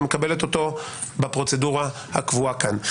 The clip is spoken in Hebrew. ומקבלת אותו בפרוצדורה הקבועה כאן.